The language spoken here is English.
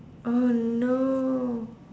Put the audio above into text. oh no